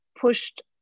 pushed